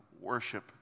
worship